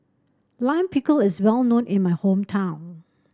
Lime Pickle is well known in my hometown